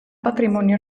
patrimonio